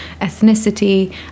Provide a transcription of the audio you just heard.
ethnicity